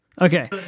okay